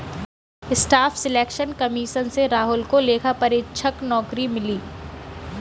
staff selection commission से राहुल को लेखा परीक्षक नौकरी मिली